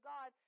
God